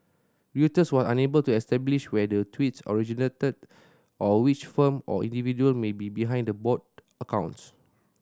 reuters was unable to establish where the tweets originated or which firm or individual may be behind the bot accounts